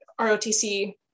ROTC